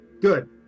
Good